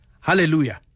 hallelujah